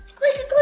click it,